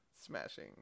smashing